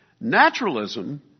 naturalism